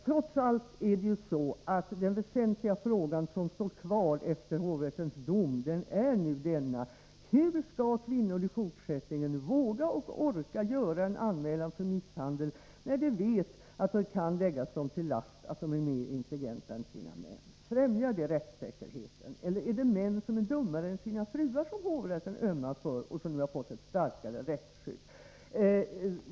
Trots allt är det så att den väsentliga fråga som står kvar efter hovrättens dom är denna: Hur skall kvinnor i fortsättningen våga och orka göra en anmälan för misshandel, när de vet att det kan läggas dem till last att de är mer intelligenta än sina män? Främjar detta rättssäkerheten? Eller är det män som är dummare än sina fruar som hovrätten ömmar för och som nu har fått ett starkare rättsskydd?